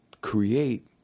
create